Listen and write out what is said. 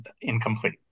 incomplete